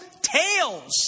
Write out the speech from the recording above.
tales